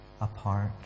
apart